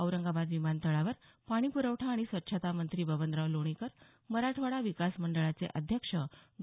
औरंगाबाद विमानतळावर पाणीप्रवठा आणि स्वच्छता मंत्री बबनराव लोणीकर मराठवाडा विकास मंडळाचे अध्यक्ष डॉ